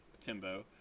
timbo